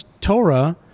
Torah